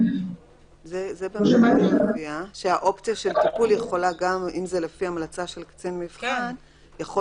אם זה לפי המלצה של קצין מבחן,